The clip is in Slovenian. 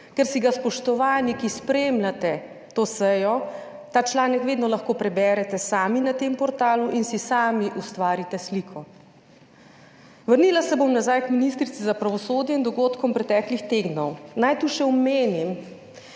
ker si ga, spoštovani, ki spremljate to sejo, ta članek vedno lahko preberete sami na tem portalu in si sami ustvarite sliko. Vrnila se bom nazaj k ministrici za pravosodje in dogodkom preteklih tednov. Naj tu še omenim,